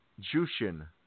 Jushin